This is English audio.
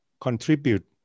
contribute